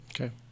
Okay